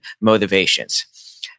motivations